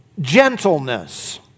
gentleness